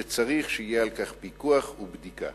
וצריך שיהיו על כך פיקוח ובדיקה.